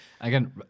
again